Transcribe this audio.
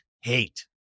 Hate